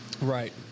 Right